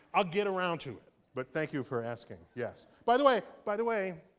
i'll get around to it. but thank you for asking. yes? by the way, by the way,